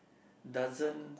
doesn't